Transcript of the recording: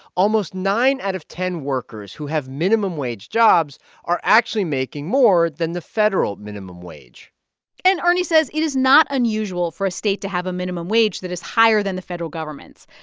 almost nine out of ten workers who have minimum wage jobs are actually making more than the federal minimum wage and ernie says it is not unusual for a state to have a minimum wage that is higher than the federal government's.